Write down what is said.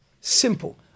Simple